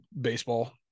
baseball